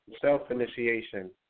self-initiation